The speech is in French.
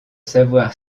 savoir